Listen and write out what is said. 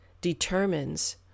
determines